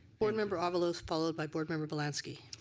board member avalos followed by board member bielanski.